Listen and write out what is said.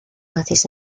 nazis